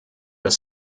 das